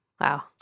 wow